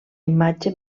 imatge